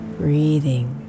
breathing